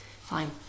Fine